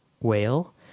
whale